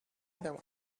other